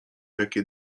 jakie